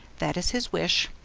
that is his wish.